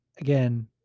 Again